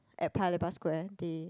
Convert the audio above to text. at Paya-Lebar Square they